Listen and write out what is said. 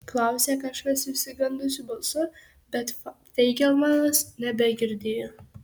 klausė kažkas išsigandusiu balsu bet feigelmanas nebegirdėjo